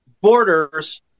borders